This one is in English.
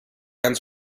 ends